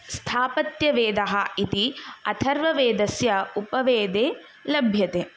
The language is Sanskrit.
स्थापत्यवेदः इति अथर्ववेदस्य उपवेदे लभ्यते